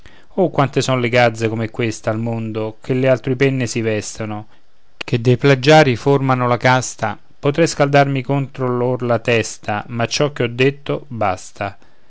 oh quante son le gazze come questa al mondo che le altrui penne si vestono che de plagiari formano la casta potrei scaldarmi contro lor la testa ma ciò che ho detto basta